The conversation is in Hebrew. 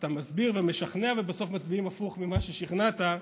אתה מסביר ומשכנע ובסוף מצביעים הפוך ממה ששכנעת,